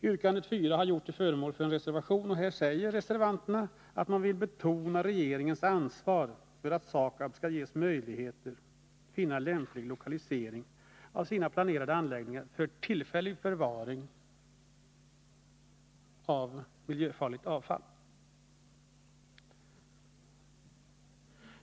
Yrkande nr 4 har gjorts till föremål för en reservation, och i den säger reservanterna att man vill betona regeringens ansvar för att SAKAB skall ges möjlighet finna lämplig lokalisering av sina planerade anläggningar för tillfällig förvaring av miljöfarligt avfall.